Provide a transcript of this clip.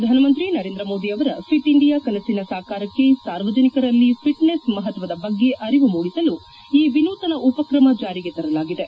ಪ್ರಧಾನಮಂತ್ರಿ ನರೇಂದ್ರ ಮೋದಿ ಅವರ fit India ಕನಸಿನ ಸಾಕಾರಕ್ಷೆ ಸಾರ್ವಜನಿಕರಲ್ಲಿ ಫಿಟ್ನೆಸ್ ಮಹತ್ವದ ಬಗ್ಗೆ ಅರಿವು ಮೂಡಿಸಲು ಈ ವಿನೂತನ ಉಪಕ್ರಮ ಜಾರಿಗೆ ತರಲಾಗಿದೆ